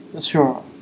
Sure